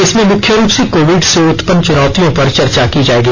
इसमें मुख्य रूप से कोविड से उत्पन्न चुनौतियों पर चर्चा की जाएगी